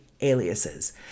aliases